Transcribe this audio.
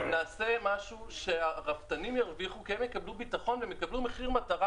נעשה משהו שהרפתנים ירוויחו כי הם יקבלו ביטחון והם יקבלו מחיר מטרה